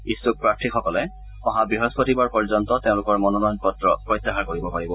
ইচ্ছুক প্ৰাৰ্থিসকলে অহা বৃহস্পতিবাৰ পৰ্যন্ত তেওঁলোকৰ মনোনয়ন পত্ৰ প্ৰত্যাহাৰ কৰিব পাৰিব